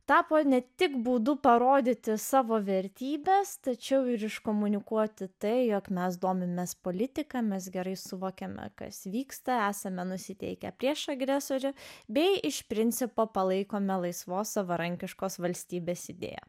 tapo ne tik būdu parodyti savo vertybes tačiau ir iškomunikuoti tai jog mes domimės politika mes gerai suvokėme kas vyksta esame nusiteikę prieš agresorių bei iš principo palaikome laisvos savarankiškos valstybės idėją